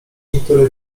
niektóre